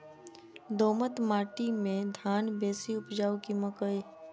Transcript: दोमट माटि मे धान बेसी उपजाउ की मकई?